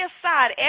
aside